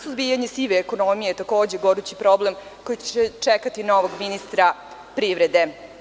Suzbijanje sive ekonomije takođe je gorući problem koji će čekati novog ministra privrede.